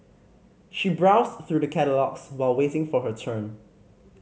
she browsed through the catalogues while waiting for her turn